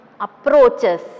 approaches